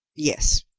yes,